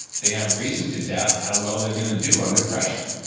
they have reason to doubt how well they're going to do under pressure